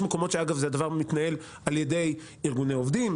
יש מקומות שבהם הדבר הזה מתנהל על ידי ארגוני עובדים,